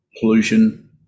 pollution